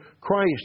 Christ